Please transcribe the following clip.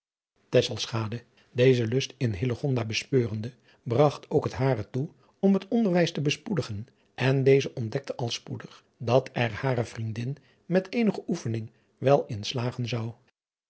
dezen lust in hillegonda bespeurende bragt ook het hare toe om het onderwijs te bespoedigen en deze ontdekte al spoedig dat er hare vriendin met eenige oefening wel in slagen zou